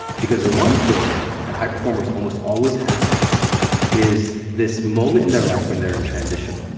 because the one thing that high performers almost always have is this moment in their life when they're in transition.